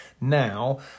Now